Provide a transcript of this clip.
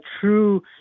true